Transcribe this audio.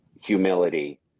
humility